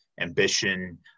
ambition